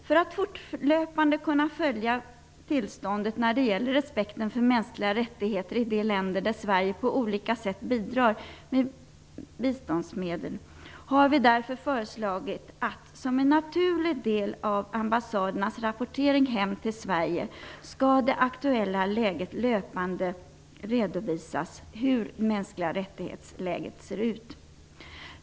För att fortlöpande kunna följa tillståndet när det gäller respekten för mänskliga rättigheter i de länder där Sverige på olika sätt bidrar med biståndsmedel har vi därför föreslagit att en naturlig del av ambassadernas rapportering hem till Sverige skall vara att löpande redovisa det aktuella läget för de mänskliga rättigheterna.